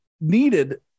needed